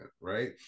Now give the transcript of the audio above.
Right